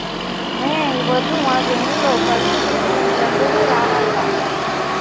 మే ఈ పొద్దు మా చేను లో కలుపు తీతకు మీరందరూ రావాల్లా